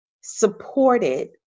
supported